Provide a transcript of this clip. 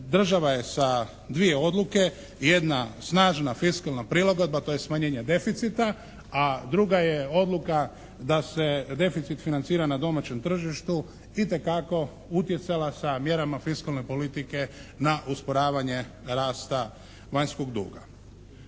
država je sa dvije odluke. Jedna snažna fiskalna prilagodba, to je smanjenje deficita. A druga je odluka da se deficit financira na domaćem tržištu itekako utjecala sa mjerama fiskalne politike na usporavanje rasta vanjskog duga.